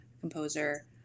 composer